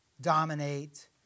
dominate